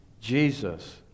Jesus